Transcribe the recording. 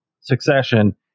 succession